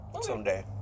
someday